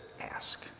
ask